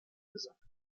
gesammelt